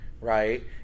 right